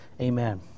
Amen